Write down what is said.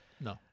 No